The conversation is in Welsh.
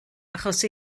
achos